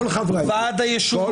כל חברי היישוב.